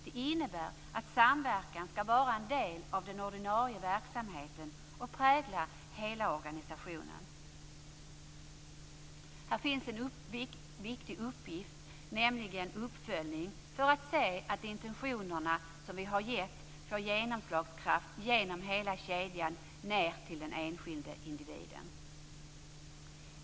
Det innebär att samverkan skall vara en del av den ordinarie verksamheten och prägla hela organisationen. Här finns en viktig uppgift, nämligen en uppföljning för att se till att de intentioner vi har gett har fått genomslag genom hela kedjan ned till den enskilde individen.